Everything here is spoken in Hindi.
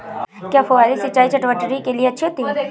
क्या फुहारी सिंचाई चटवटरी के लिए अच्छी होती है?